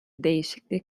değişikliği